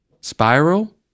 Spiral